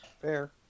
Fair